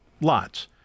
lots